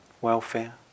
welfare